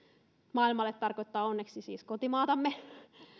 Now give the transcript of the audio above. maailmalle tarkoittaa onneksi siis kotimaatamme